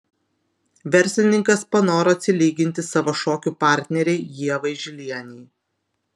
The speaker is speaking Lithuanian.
verslininkas panoro atsilyginti savo šokių partnerei ievai žilienei